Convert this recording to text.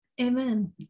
Amen